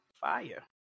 Fire